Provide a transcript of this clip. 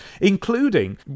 including